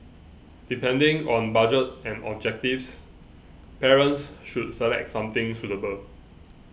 depending on budget and objectives parents should select something suitable